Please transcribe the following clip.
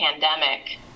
pandemic